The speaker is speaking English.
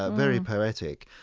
ah very poetic.